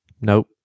Nope